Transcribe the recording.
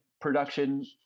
production